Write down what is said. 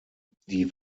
die